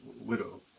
widow